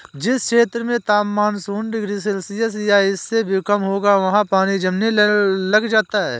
जिस क्षेत्र में तापमान शून्य डिग्री सेल्सियस या इससे भी कम होगा वहाँ पानी जमने लग जाता है